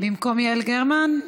במקום יעל גרמן?